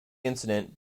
incident